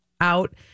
out